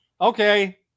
Okay